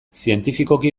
zientifikoki